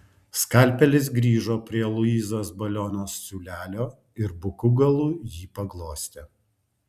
skalpelis grįžo prie luizos baliono siūlelio ir buku galu jį paglostė